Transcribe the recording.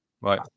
right